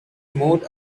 moved